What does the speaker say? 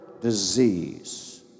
disease